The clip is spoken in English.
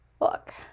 Look